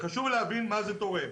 חשוב להבין מה זה תורם.